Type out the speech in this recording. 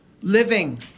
living